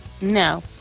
No